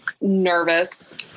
nervous